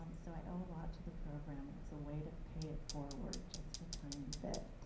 um so i owe a lot to the program and it's a way to pay it forward just a tiny bit.